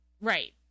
Right